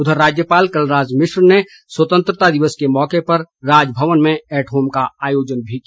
उधर राज्यपाल कलराज मिश्र ने स्वतंत्रता दिवस के मौके पर राजभवन में ऐट होम का आयोजन भी किया